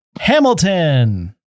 Hamilton